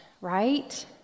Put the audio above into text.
right